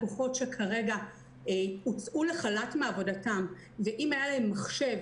לקוחות שכרגע הוצאו לחל"ת מעבודתם ואם היה להם מחשב